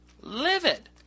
livid